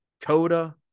Coda